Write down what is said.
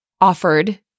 offered